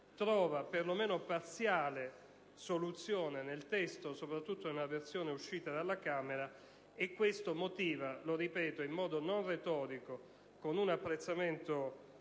perlomeno parziale, nel testo, soprattutto nella versione uscita dalla Camera. Ciò motiva - lo ripeto: in modo non retorico, con un apprezzamento